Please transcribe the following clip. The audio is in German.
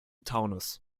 taunus